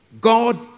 God